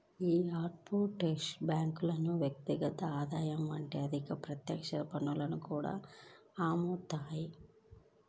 యీ ఆఫ్షోర్ బ్యేంకులు వ్యక్తిగత ఆదాయం వంటి అధిక ప్రత్యక్ష పన్నులను కూడా యేత్తాయి